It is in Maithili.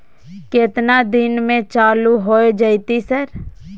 केतना दिन में चालू होय जेतै सर?